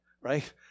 right